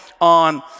on